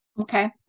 Okay